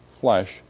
flesh